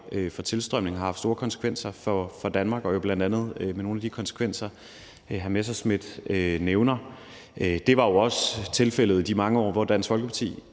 for tilstrømning har haft store konsekvenser for Danmark. Det er jo bl.a. nogle af de konsekvenser, hr. Morten Messerschmidt nævner. Det var jo også tilfældet i de mange år, hvor Dansk Folkeparti